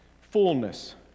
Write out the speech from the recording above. Fullness